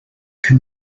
can